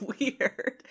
weird